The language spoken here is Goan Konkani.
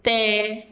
तें